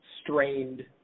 strained